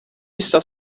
está